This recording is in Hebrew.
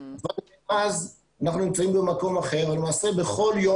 אבל אז אנחנו נמצאים במקום אחר ולמעשה בכל יום